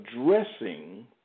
addressing